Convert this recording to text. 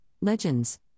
Legends